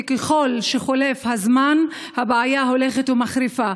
וככל שחולף הזמן הבעיה הולכת ומחריפה,